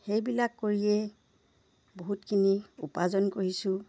সেইবিলাক কৰিয়ে বহুতখিনি উপাৰ্জন কৰিছোঁ